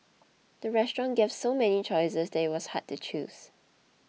the restaurant gave so many choices that it was hard to choose